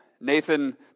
Nathan